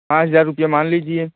पाँच हजार रुपया मान लीजिए